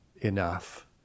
Enough